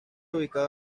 ubicado